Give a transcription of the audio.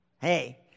hey